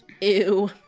Ew